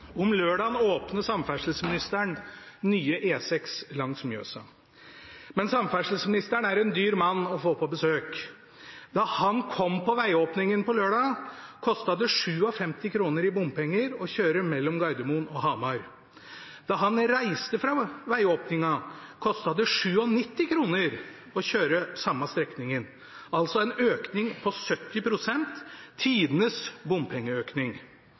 samferdselsministeren nye E6 langs Mjøsa. Men samferdselsministeren er en dyr mann å få på besøk. Da han kom på vegåpningen på lørdag, kostet det 57 kr i bompenger å kjøre mellom Gardermoen og Hamar. Da han reiste fra vegåpningen, kostet det 97 kr å kjøre den samme strekningen, altså en økning på 70 pst. – tidenes bompengeøkning.